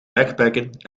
backpacken